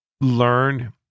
learn